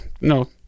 no